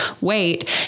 wait